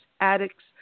Addicts